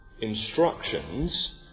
instructions